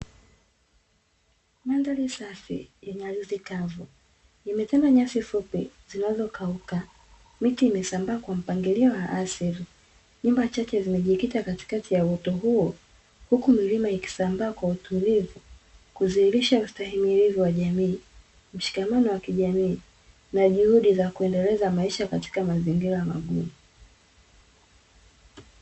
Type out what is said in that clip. Mandhari safi, yenye ardhi kavu, imetanda nyasi fupi zinazokauka. Miti imesambaa kwa mpangilio wa asili, nyumba chache zimejikita katikati ya uoto huo, huku milima ikisambaa kwa utulivu, kudhihirisha ustahimilivu wa jamii, mshikamano wa kijamii na juhudi za kuendeleza maisha katika mazingira magumu.